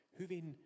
hyvin